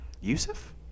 Yusuf